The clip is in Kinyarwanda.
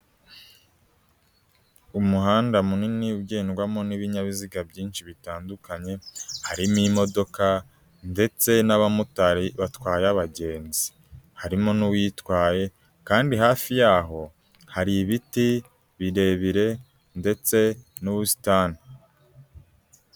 Umuhanda munini ugendwamo n'ibinyabiziga byinshi bitandukanye, harimo imodoka, ndetse n'abamotari batwaye abagenzi. Harimo n'uwitwaye kandi hafi y'aho hari ibiti birebire ndetse n'ubusitani.